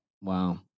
Wow